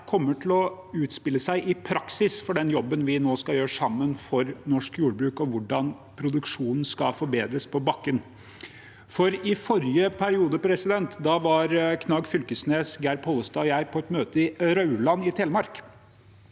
kommer til å utspille seg i praksis for den jobben vi nå skal gjøre sammen for norsk jordbruk, og hvordan produksjonen skal forbedres på bakken. I forrige periode var Knag Fylkesnes, Geir Pollestad og jeg på et møte i Rauland i Telemark.